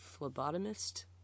phlebotomist